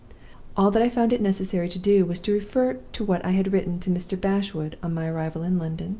all that i found it necessary to do was to refer to what i had written to mr. bashwood, on my arrival in london,